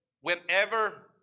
whenever